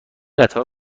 قطار